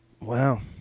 Wow